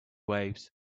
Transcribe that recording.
waves